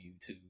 YouTube